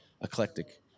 eclectic